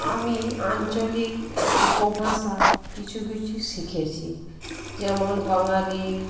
আমি আঞ্চলিক উপভাষা কিছু কিছু শিখেছি যেমন বাঙালি